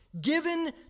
given